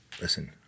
Listen